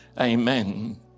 Amen